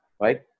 right